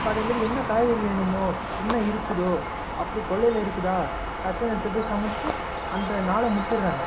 இப்போது அதே மாரி என்ன காய்கறி வேணுமோ என்ன இருக்குதோ அப்படி கொள்ளையில் இருக்குதா டக்குனு எடுத்துட்டு போய் சமைச்சி அந்த நாளை முடிச்சிடுறாங்க